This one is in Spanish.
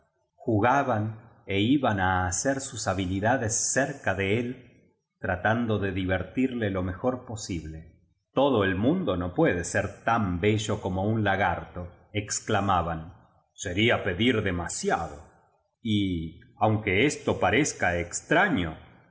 jugaban ó iban á hacer sus habilidades cerca de él tratando de divertirle lo mejor posible todo el mundo no puede ser tan bello como un la gartoexclamaban sería pedir demasiado y aunque esto parezca extraño no